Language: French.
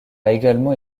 également